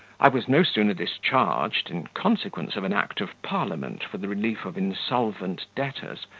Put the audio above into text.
i was no sooner discharged, in consequence of an act of parliament for the relief of insolvent debtors,